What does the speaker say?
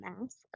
mask